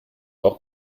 auch